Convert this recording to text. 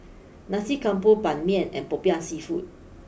Nasi Campur Ban Mian and Popiah Seafood